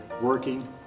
working